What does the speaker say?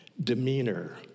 demeanor